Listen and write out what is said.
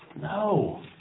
No